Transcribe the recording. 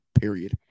period